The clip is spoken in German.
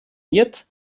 miert